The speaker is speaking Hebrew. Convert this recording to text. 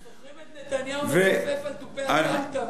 אנחנו זוכרים את נתניהו מתופף על תופי הטם-טם,